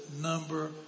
number